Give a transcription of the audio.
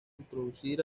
introducir